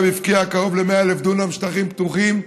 הפקיע קרוב ל-100,000 דונם שטחים פתוחים,